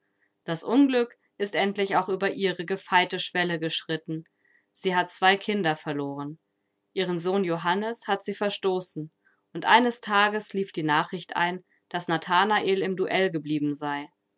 das unglück ist endlich auch über ihre gefeite schwelle geschritten sie hat zwei kinder verloren ihren sohn johannes hat sie verstoßen und eines tages lief die nachricht ein daß nathanael im duell geblieben sei